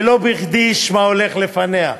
ולא בכדי שמה הולך לפניה.